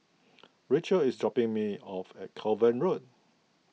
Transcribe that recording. Rocio is dropping me off at Kovan Road